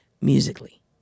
musically